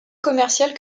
commerciale